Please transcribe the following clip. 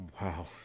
Wow